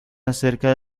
acerca